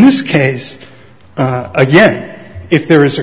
this case again if there is a